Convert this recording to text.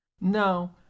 No